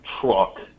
truck